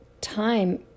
time